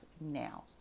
now